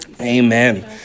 Amen